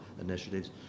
initiatives